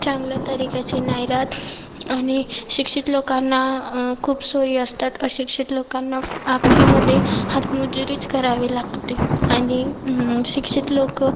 चांगलं तरीक्याचे नाही राहत आणि शिक्षित लोकांना खूप सोयी असतात अशिक्षित लोकांना आखरीमध्ये हात मजुरीच करावी लागते आणि शिक्षित लोकं